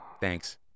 Thanks